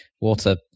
water